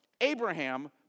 Abraham